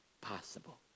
possible